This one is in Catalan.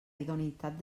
idoneïtat